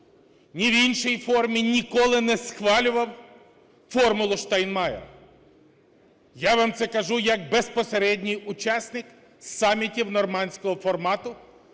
ні в іншій формі ніколи не схвалював "формулу Штайнмайєра". Я вам це кажу як безпосередній учасник самітів "нормандського формату",